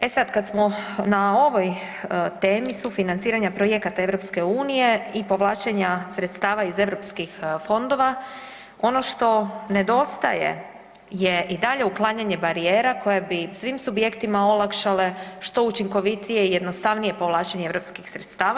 E sad kad smo na ovoj temi sufinanciranja projekata EU i povlačenja sredstava iz Europskih fondova, ono što nedostaje je i dalje uklanjanje barijera koje bi svim subjektima olakšale što učinkovitije i jednostavnije povlačenje europskih sredstava.